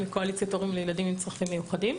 קואליציית הורים לילדים עם צרכים מיוחדים.